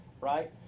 Right